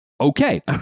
okay